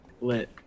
Lit